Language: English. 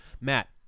Matt